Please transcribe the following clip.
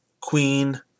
Queen